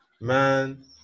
man